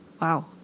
Wow